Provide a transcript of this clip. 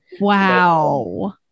Wow